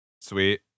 Sweet